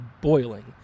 boiling